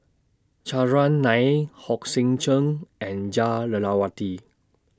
Chandran Nair Hong Sek Chern and Jah Lelawati